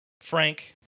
Frank